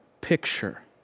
picture